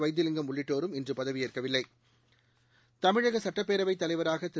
வைத்திலிங்கம் உள்ளிட்டோரும் இன்று பதவியேற்கவில்லை தமிழக சட்டப்பேரவை தலைவராக திரு